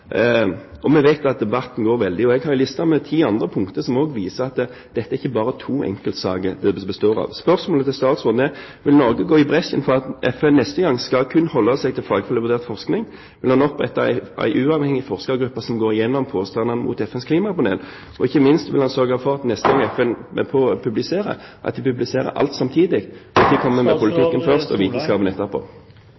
og vi vet at debatten pågår. Jeg har listet opp ti andre punkter, som også viser at dette ikke bare består av to enkeltsaker. Spørsmålet til statsråden er: Vil Norge gå i bresjen for at FN neste gang kun skal holde seg til fagfellevurdert forskning? Vil han opprette en uavhengig forskergruppe som går gjennom påstandene mot FNs klimapanel? Og ikke minst, vil han sørge for at neste gang FN publiserer, publiserer de alt samtidig, og ikke kommer med